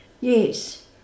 yes